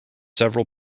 several